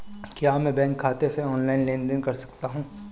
क्या मैं बैंक खाते से ऑनलाइन लेनदेन कर सकता हूं?